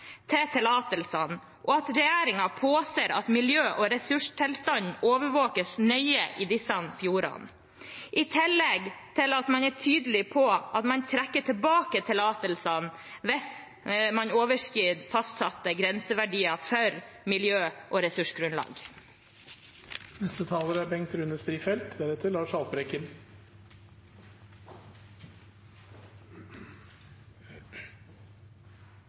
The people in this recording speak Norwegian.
til tillatelsene, og at regjeringen må påse at miljø- og ressurstilstanden overvåkes nøye i disse fjordene, i tillegg til at man er tydelig på at man trekker tilbake tillatelsene hvis man overskrider fastsatte grenseverdier for miljø og ressursgrunnlag. Vi har sagt ja til gruvedrift i Kvalsund fordi vi mener det er